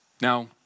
Now